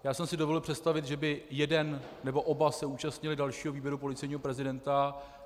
Já jsem si dovedl představit, že by se jeden nebo oba účastnili dalšího výběru policejního prezidenta.